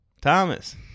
Thomas